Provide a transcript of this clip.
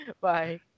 Bye